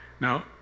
now